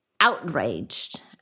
outraged